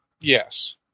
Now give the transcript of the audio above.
Yes